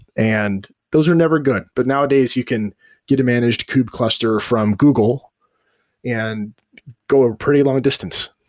and those are never good. but nowadays, you can get a managed kube cluster from google and go a pretty long distance.